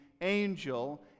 angel